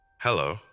Hello